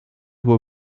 were